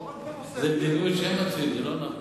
זה לא אנחנו.